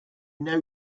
know